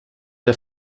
der